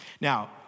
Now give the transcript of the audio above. Now